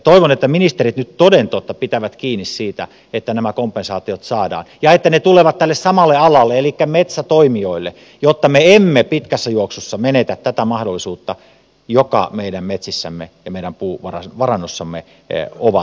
toivon että ministerit nyt toden totta pitävät kiinni siitä että nämä kompensaatiot saadaan ja että ne tulevat tälle samalle alalle elikkä metsätoimijoille jotta me emme pitkässä juoksussa menetä tätä mahdollisuutta joka meidän metsissämme ja meidän puuvarannossamme on ja piilee